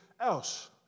else